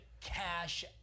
cash